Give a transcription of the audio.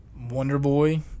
Wonderboy